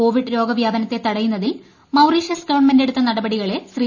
Covid രോഗവ്യാപനത്തെ തടയുന്നതിൽ Mauritius ഗവൺമെന്റെടുത്ത നടപടികളെ ശ്രീ